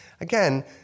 Again